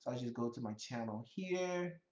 i just go to my channel here.